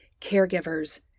caregivers